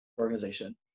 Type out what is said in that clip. organization